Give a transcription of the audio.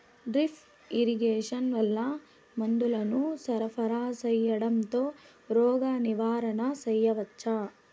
Drip irrigation వల్ల మందులను సరఫరా సేయడం తో రోగ నివారణ చేయవచ్చా?